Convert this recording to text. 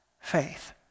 faith